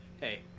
hey